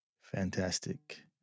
Fantastic